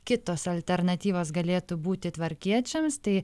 kitos alternatyvos galėtų būti tvarkiečiams tai